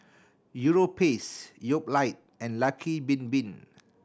Europace Yoplait and Lucky Bin Bin